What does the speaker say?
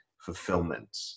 fulfillment